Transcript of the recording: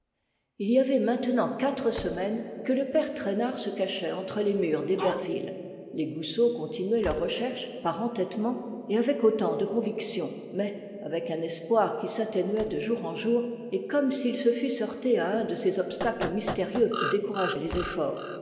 il y avait maintenant quatre semaines que le père traînard se cachait entre les murs d'héberville les goussot continuaient leurs recherches par entêtement et avec autant de conviction mais avec un espoir qui s'atténuait de jour en jour et comme s'ils se fussent heurtés à un de ces obstacles mystérieux qui découragent les efforts